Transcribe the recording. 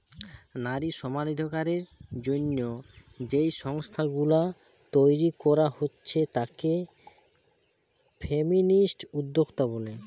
নারী সমানাধিকারের জন্যে যেই সংস্থা গুলা তইরি কোরা হচ্ছে তাকে ফেমিনিস্ট উদ্যোক্তা বলে